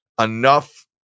enough –